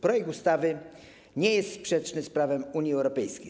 Projekt ustawy nie jest sprzeczny z prawem Unii Europejskiej.